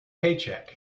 paycheck